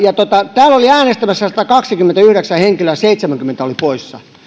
täällä oli äänestämässä satakaksikymmentäyhdeksän henkilöä seitsemänkymmentä oli poissa